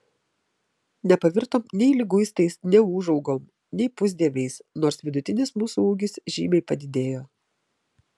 nepavirtom nei liguistais neūžaugom nei pusdieviais nors vidutinis mūsų ūgis žymiai padidėjo